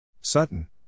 Sutton